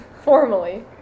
formally